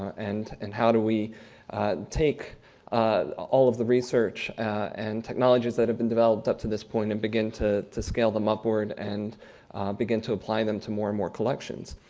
and and how do we take all of the research and technologies that have been developed up to this point and begin to to scale them upward and begin to apply them to more and more collections?